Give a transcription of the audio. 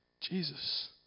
Jesus